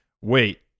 wait